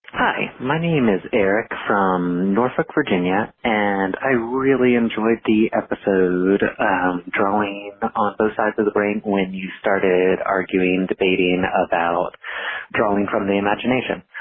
hi, my name is eric from norfolk virginia and i really enjoy the episode um drawing on both sides of the brain when you started arguing debating about drawing from the imagination.